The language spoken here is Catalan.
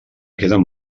queden